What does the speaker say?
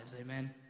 Amen